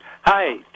Hi